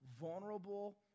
vulnerable